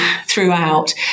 throughout